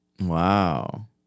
Wow